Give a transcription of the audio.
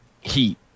heat